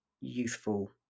youthful